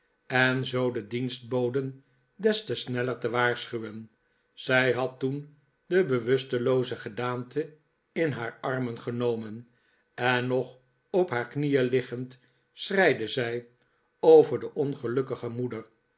en zoo de dienstboden des te sneller te waarschuwen zij had toen de bewustelooze gedaante in haar armen genomen en nog op haar knieen liggend schreide zij over de ongelukkige moeder